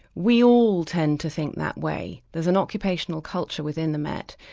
we all tend to think that way, there's an occupational culture within the met.